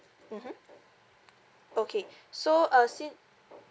mmhmm okay so uh sin~